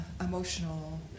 emotional